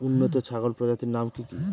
উন্নত ছাগল প্রজাতির নাম কি কি?